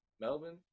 Melbourne